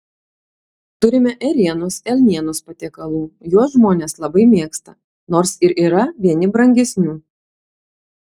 turime ėrienos elnienos patiekalų juos žmonės labai mėgsta nors ir yra vieni brangesnių